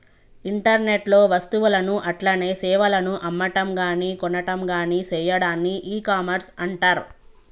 internet లో వస్తువులను అట్లనే సేవలను అమ్మటంగాని కొనటంగాని సెయ్యాడాన్ని ఇకామర్స్ అంటర్